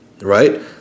right